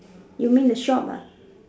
you mean the shop ah